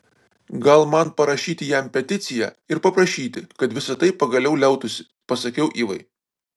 gal man parašyti jam peticiją ir paprašyti kad visa tai pagaliau liautųsi pasakiau ivai